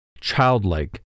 childlike